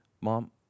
mom